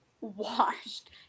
washed